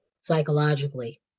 psychologically